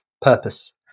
purpose